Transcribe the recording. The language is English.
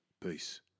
Peace